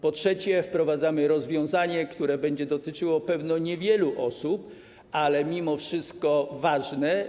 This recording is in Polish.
Po trzecie, wprowadzamy rozwiązanie, które będzie dotyczyło pewnie niewielu osób, ale mimo wszystko ważne.